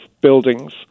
buildings